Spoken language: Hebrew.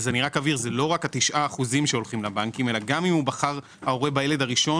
אבהיר זה לא רק ה-9% שהולכים לבנקים אלא גם אם ההורה בחר בילד הראשון